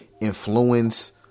influence